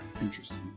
Interesting